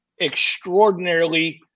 extraordinarily